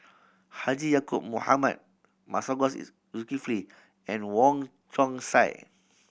Haji Ya'acob Mohamed Masagos Zulkifli and Wong Chong Sai